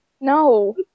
No